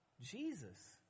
Jesus